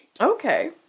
Okay